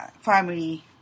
family